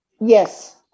Yes